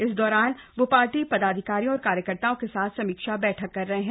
इस दौरान वो पार्टी पदाधिकारियों और कार्यकर्ताओं के साथ समीक्षा बैठक कर रहे हैं